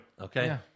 Okay